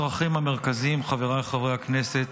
חבריי חברי הכנסת,